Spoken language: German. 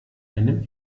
einem